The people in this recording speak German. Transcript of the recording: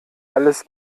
alles